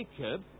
Jacob